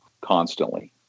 constantly